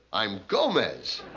i'm gomez.